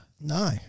No